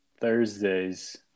Thursdays